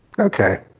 Okay